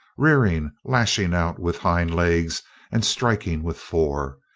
rearing, lashing out with hind legs and striking with fore,